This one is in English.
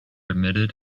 admitted